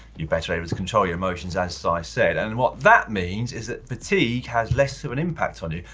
you're better able to control your emotions, as i said, and what that means is that fatigue has less of an impact on you,